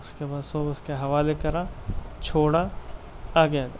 اس کے بعد سب اس کے حوالے کرا چھوڑا آ گیا ادھر